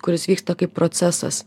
kuris vyksta kaip procesas